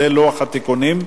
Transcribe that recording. כולל לוח התיקונים,